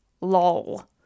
Lol